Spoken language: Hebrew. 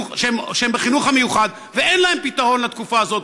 בחינוך המיוחד ואין להם פתרון לתקופה הזאת,